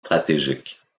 stratégique